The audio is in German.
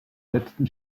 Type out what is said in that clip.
letzten